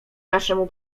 naszemu